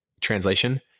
Translation